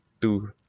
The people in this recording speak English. two